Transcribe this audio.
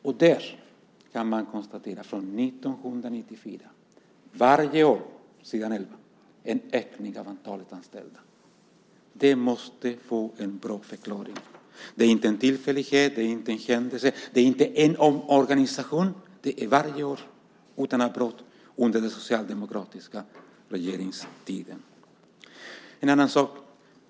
Där kan man på s. 11 konstatera en ökning av antalet anställda varje år från 1994. Det måste få en bra förklaring. Det är inte en tillfällighet. Det är inte en händelse. Det handlar inte om en omorganisation. Det gäller varje år utan avbrott under den socialdemokratiska regeringstiden. Låt mig ta upp en annan sak.